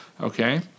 okay